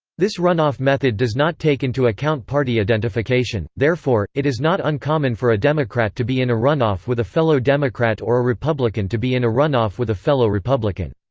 this run-off method does not take into account party identification therefore, it is not uncommon for a democrat to be in a runoff with a fellow democrat or a republican to be in a runoff with a fellow republican.